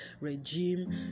regime